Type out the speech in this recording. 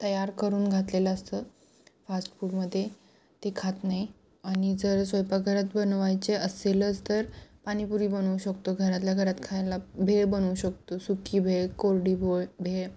तयार करून घातलेलं असतं फास्टफूडमध्ये ते खात नाही आणि जर स्वयंपाकघरात बनवायचे असेलच तर पाणीपुरी बनवू शकतो घरातल्या घरात खायला भेळ बनवू शकतो सुकी भेळ कोरडी भो भेळ